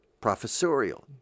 professorial